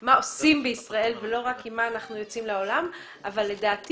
מה עושים בישראל ולא רק עם מה אנחנו יוצאים לעולם אבל לדעתי